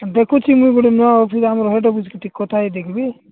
ଦେଖୁିଛି ମୁଁ ଗୋଟେ ନୂଆ ଅଫିସ୍ ଆମର ହେଇଟା ବୁଝିକି ଟିକେ କଥା ହୋଇ ଦେଖିବି